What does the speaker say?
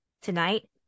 Tonight